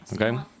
Okay